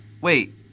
Wait